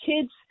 kids